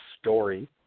story